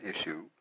issue